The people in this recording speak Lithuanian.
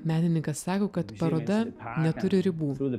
menininkas sako kad paroda neturi ribų